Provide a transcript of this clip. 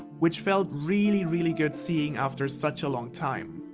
which felt really really good seeing after such a long time.